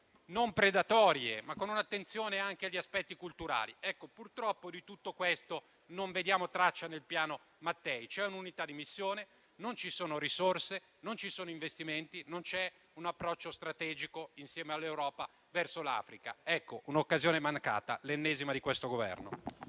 non predatorie, ma con un'attenzione anche agli aspetti culturali. Ecco, purtroppo di tutto questo non vediamo traccia nel Piano Mattei. C'è un'unità di missione, ma non ci sono risorse, non ci sono investimenti e non c'è un approccio strategico insieme all'Europa verso l'Africa. Ecco, un'occasione mancata, l'ennesima di questo Governo.